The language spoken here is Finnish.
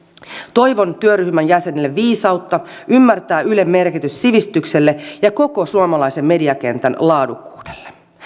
toivon työryhmän jäsenille viisautta ymmärtää ylen merkitys sivistykselle ja koko suomalaisen mediakentän laadukkuudelle